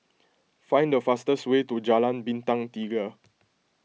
find the fastest way to Jalan Bintang Tiga